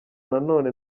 nanone